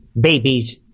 babies